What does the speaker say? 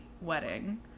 wedding